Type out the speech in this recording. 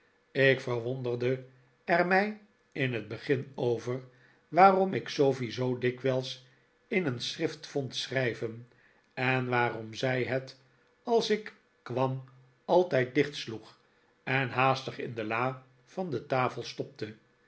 ik verwonderde er mij in het begin over waarom ik sofie zoo dikwijls in een schrift vond schrijven en waarom zij het als ik kwam altijd dichtsloeg en haastig in de la van de tafel stopte